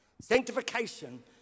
Sanctification